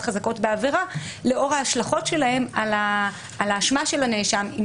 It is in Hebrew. חזקות בעבירה לאור ההשלכות שלהן על האשמה של הנאשם עם